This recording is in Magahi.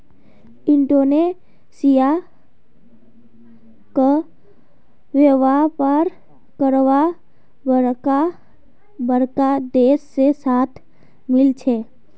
इंडोनेशिया क व्यापार करवार बरका बरका देश से साथ मिल छे